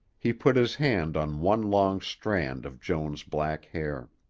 he put his hand on one long strand of joan's black hair.